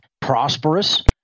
prosperous